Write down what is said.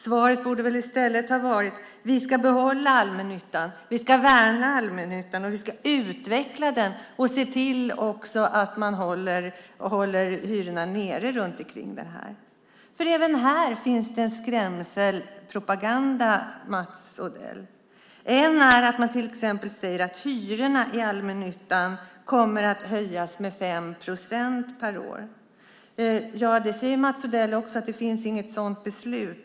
Svaret borde väl i stället ha varit att vi ska behålla allmännyttan, att vi ska värna allmännyttan, och att vi ska utveckla den och också se till att man håller hyrorna nere runt det här. För även här finns det en skrämselpropaganda, Mats Odell. En är att man till exempel säger att hyrorna i allmännyttan kommer att höjas med 5 procent per år. Mats Odell säger också att det inte finns något sådant beslut.